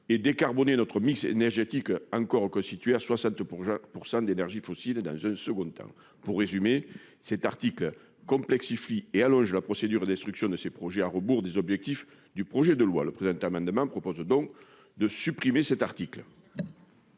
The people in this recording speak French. et décarboner notre mix énergétique, encore constitué à 60 % d'énergies fossiles, dans un second temps. Pour résumer, cet article tend à complexifier et à allonger la procédure d'instruction de ces projets, à rebours des objectifs du projet de loi. Le présent amendement vise donc à supprimer cet article.